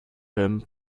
him